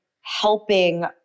helping